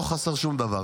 לא חסר להם שום דבר.